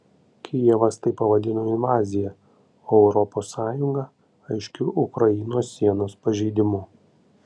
kijevas tai pavadino invazija o europos sąjunga aiškiu ukrainos sienos pažeidimu